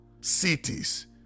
cities